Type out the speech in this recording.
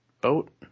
boat